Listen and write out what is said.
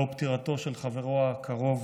בעקבות פטירתו של חברו הקרוב,